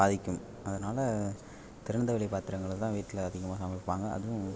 பாதிக்கும் அதனால் திறந்தவெளி பாத்திரங்களை தான் வீட்டில அதிகமாக சமைப்பாங்கள் அதுவும்